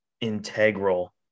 integral